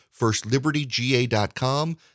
Firstlibertyga.com